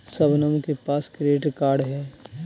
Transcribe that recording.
शबनम के पास credit card है